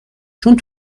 چون